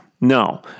No